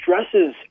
stresses